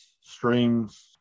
streams